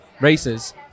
races